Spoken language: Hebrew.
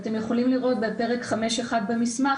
אתם יכולים לראות בפרק 5.1 במסמך,